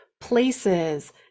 places